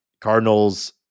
Cardinals